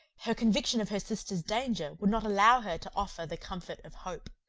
her conviction of her sister's danger would not allow her to offer the comfort of hope.